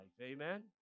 Amen